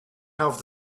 have